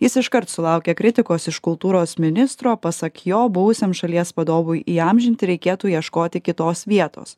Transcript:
jis iškart sulaukė kritikos iš kultūros ministro pasak jo buvusiam šalies vadovui įamžinti reikėtų ieškoti kitos vietos